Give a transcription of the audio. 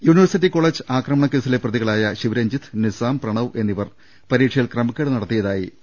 university college ആക്രമണക്കേസിലെ പ്രതികളായ ശിവരഞ്ജിത്ത് നിസ്സാം പ്രണവ് എന്നിവർ പരീക്ഷയിൽ ക്രമക്കേട് നടത്തിയതായി പി